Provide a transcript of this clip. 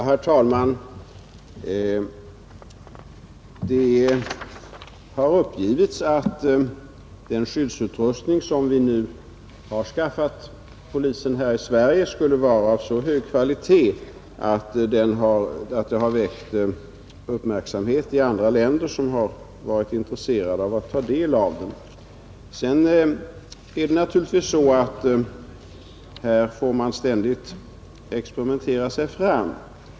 Herr talman! Det har uppgivits att den skyddsutrustning som vi nu har skaffat polisen här i Sverige skulle vara av så hög kvalitet att den har väckt uppmärksamhet i andra länder, som har varit intresserade av att studera den. Sedan är det naturligtvis så att man på detta område ständigt får experimentera sig fram.